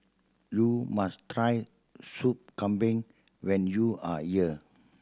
you must try Sup Kambing when you are here